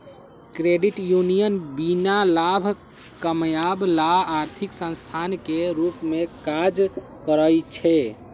credit union बीना लाभ कमायब ला आर्थिक संस्थान के रूप में काज़ करइ छै